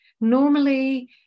normally